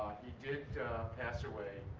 he did pass away